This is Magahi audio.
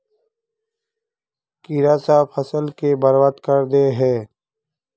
कीड़ा सब फ़सल के बर्बाद कर दे है?